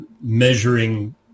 measuring